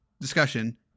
discussion